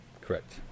Correct